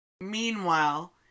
Meanwhile